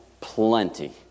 plenty